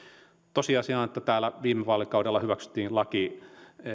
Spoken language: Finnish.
tosiasiahan on että täällä viime vaalikaudella hyväksyttiin laki